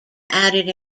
added